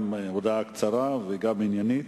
גם הודעה קצרה וגם עניינית.